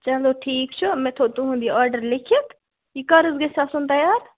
چَلو ٹھیٖک چھُ مےٚ تھوٚو تُہُنٛد یہِ آرڈَر لیٖکھِتھ یہِ کَر حظ گَژھِ آسُن تَیار